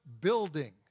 building